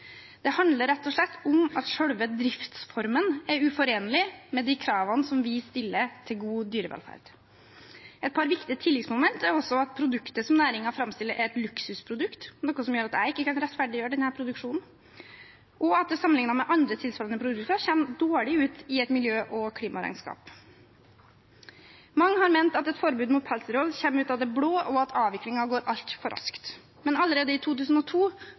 Det handler rett og slett om at selve driftsformen er uforenlig med de kravene som vi stiller til god dyrevelferd. Et par viktige tilleggsmomenter er også at produktet som næringen framstiller, er et luksusprodukt – noe som gjør at jeg ikke kan rettferdiggjøre denne produksjonen – og at det sammenlignet med andre tilsvarende produkter kommer dårlig ut i et miljø- og klimaregnskap. Mange har ment at et forbud mot pelsdyrhold kommer ut av det blå, og at avviklingen går altfor raskt. Men allerede i 2002